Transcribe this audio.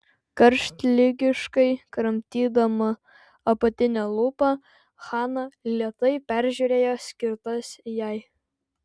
karštligiškai kramtydama apatinę lūpą hana lėtai peržiūrėjo skirtas jai